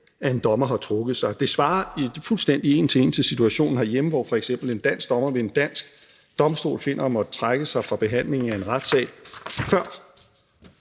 at en dommer har trukket sig. Det svarer fuldstændig en til en til situationen herhjemme, hvor f.eks. en dansk dommer ved en dansk domstol finder at måtte trække sig fra behandlingen af en retssag, før